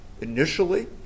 initially